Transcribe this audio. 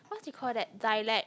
what's it called that dialect